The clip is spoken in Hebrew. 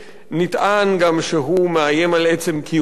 נטען גם שהוא מאיים על עצם קיומנו